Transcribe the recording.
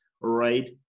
right